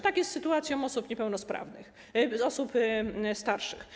Tak jest z sytuacją osób niepełnosprawnych, osób starszych.